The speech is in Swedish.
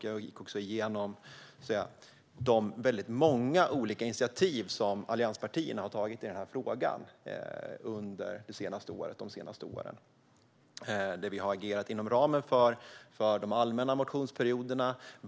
Jag gick också igenom de många olika initiativ som allianspartierna har tagit i den här frågan under de senaste åren. Vi har agerat inom ramen för de allmänna motionsperioderna.